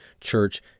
church